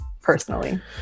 personally